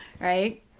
right